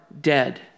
dead